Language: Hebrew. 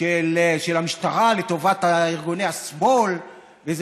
של המשטרה לטובת ארגוני השמאל באיזה